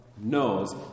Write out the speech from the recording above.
knows